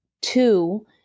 Two